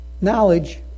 Knowledge